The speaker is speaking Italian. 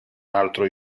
altro